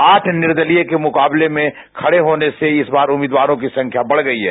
आठ निर्दलीय के मुकाबले में खडे होने से इस बार उम्मीदवारों की संख्या बढ गयी है